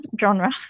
Genre